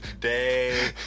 day